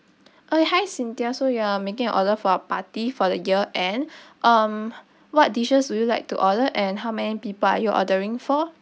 oh hi cynthia so you are making an order for a party for the year end um what dishes would you like to order and how many people are you ordering for